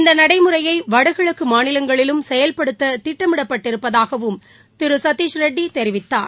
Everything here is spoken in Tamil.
இந்த நடைமுறையை வடகிழக்கு மாநிலங்களிலும் செயல்படுத்த திட்டமிடப்பட்டிருப்பதாகவுத் திரு சதிஷ் ரெட்டி தெரிவித்தார்